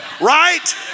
Right